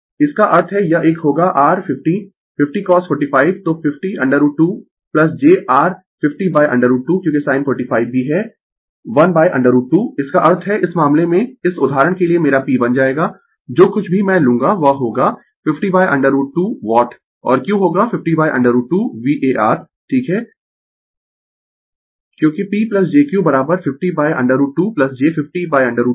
इसका अर्थ है यह एक होगा r 50 50 cos 45 तो 50√ 2 j r 50√ 2 क्योंकि sin 45 भी है 1√ 2 इसका अर्थ है इस मामले में इस उदाहरण के लिए मेरा P बन जाएगा जो कुछ भी मैं लूँगा वह होगा 50√ 2 वाट और Q होगा 50√ 2 var ठीक है क्योंकि P jQ 50 √ 2 j 50 √ 2